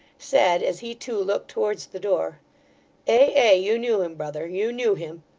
said, as he too looked towards the door ay, ay, you knew him, brother, you knew him.